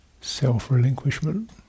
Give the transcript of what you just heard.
self-relinquishment